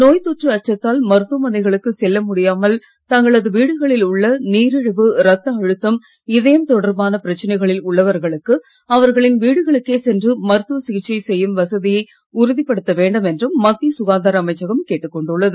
நோய் தொற்று அச்சத்தால் மருத்துவமனைகளுக்கு செல்ல முடியாமல் தங்களது வீடுகளில் உள்ள நீரிழிவு இரத்த அழுத்தம் இதயம் தொடர்பான பிரச்சனைகளில் உள்ளவர்களுக்கு அவர்களின் வீடுகளுக்கே சென்று மருத்துவ சிகிச்சை செய்யும் வசதியை உறுதிப்படுத்த வேண்டும் என்றும் மத்திய சுகாதார அமைச்சகம் கேட்டுக் கொண்டுள்ளது